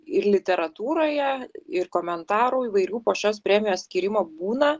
ir literatūroje ir komentarų įvairių po šios premijos skyrimo būna